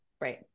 right